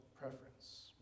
preference